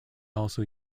also